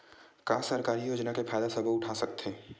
का सरकारी योजना के फ़ायदा सबो उठा सकथे?